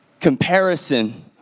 Comparison